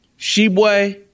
Sheboy